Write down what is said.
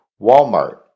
Walmart